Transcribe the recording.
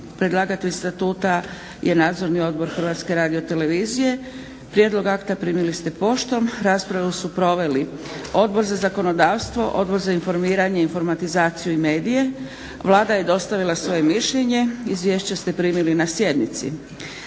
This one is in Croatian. Predlagatelj Statuta je nadzorni odbor HRT. Prijedlog akta primili ste poštom. Raspravu su proveli Odbor za zakonodavstvo, Odbor za informiranje, informatizaciju i medije, Vlada je dostavila svoje mišljenje. Izvješće ste primili na sjednici.